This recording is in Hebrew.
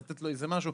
לתת לו איזה משהו,